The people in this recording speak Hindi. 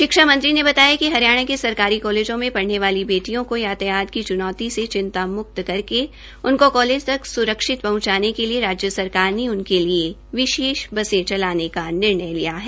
शिक्षा मंत्री ने बताया कि हरियाणा के सरकारी कालेजों में पढऩे वाली बेटियों को यातायात की चुनौती से चिंतामुक्त करके उनको कालेज तक स्रक्षित पहंचाने के लिए राज्य सरकार ने उनके लिए विशेष बसें चलाने का निर्णय लिया है